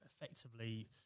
effectively